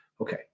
Okay